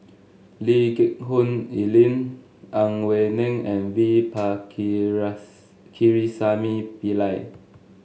Lee Geck Hoon Ellen Ang Wei Neng and V Pakirisamy Pillai